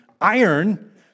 Iron